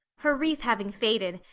her wreath having faded,